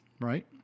Right